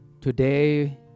today